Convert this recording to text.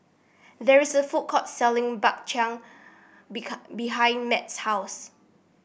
there is a food court selling Bak Chang behind Matt's house